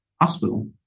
hospital